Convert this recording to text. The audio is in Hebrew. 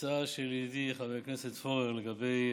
הצעה של ידידי חבר הכנסת פורר לגבי